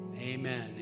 amen